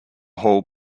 haul